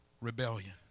Rebellion